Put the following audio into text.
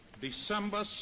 December